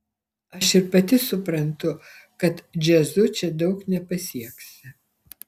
aš ir pati suprantu kad džiazu čia daug nepasieksi